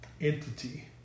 entity